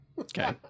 Okay